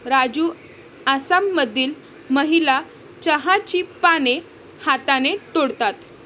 राजू आसाममधील महिला चहाची पाने हाताने तोडतात